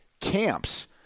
camps